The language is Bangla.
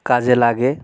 কাজে লাগে